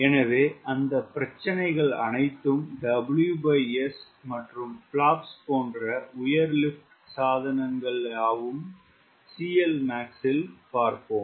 எனவே அந்த பிரச்சினைகள் அனைத்தும் WS மற்றும் பிலாப்ஸ் போன்ற உயர் லிப்ட் சாதனங்கள் யாவும் CLmax இல் பார்ப்போம்